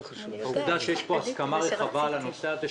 העובדה שיש פה הסכמה רחבה על הנושא הזה,